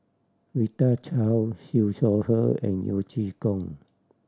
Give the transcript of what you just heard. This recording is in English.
Rita Chao Siew Shaw Her and Yeo Chee Kiong